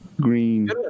Green